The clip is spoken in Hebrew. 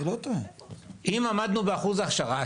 אם עמדנו באחוז ההכשרה.